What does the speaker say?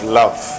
love